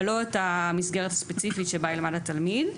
אבל לא את המסגרת הספציפית שבה ילמד התלמיד.